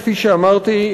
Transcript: כפי שאמרתי,